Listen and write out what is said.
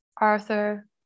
Arthur